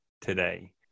today